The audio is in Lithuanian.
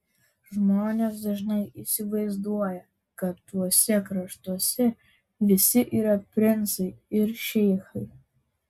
žmonės dažnai įsivaizduoja kad tuose kraštuose visi yra princai ir šeichai